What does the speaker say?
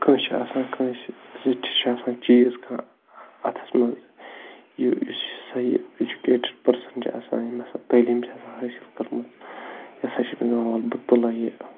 کٲنٛسہِ چھِ آسان کٲنٛسہِ زِٹھِس چھِ آسان چیٖز کانٛہہ اَتھَس منٛز یہِ یُس ہسا یہِ اٮ۪جُکیٹٕڈ پٔرسَن چھِ آسان ییٚمہِ ہسا تٲلیٖم چھِ آسان حٲصِل کٔرمٕژ یہِ ہسا چھِ وَنان بہٕ تُلَے یہِ